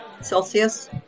Celsius